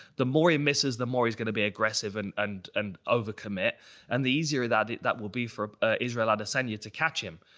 the more he misses, the more he's gonna be aggressive and and and overcommit, and the easier that that will be for ah israel adesanya to catch him.